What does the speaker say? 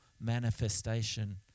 manifestation